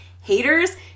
haters